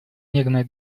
нервной